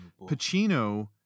Pacino